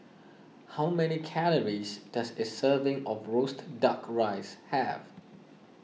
how many calories does a serving of Roasted Duck Rice have